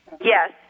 Yes